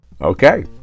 Okay